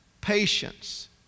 patience